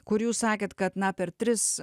kur jūs sakėt kad na per tris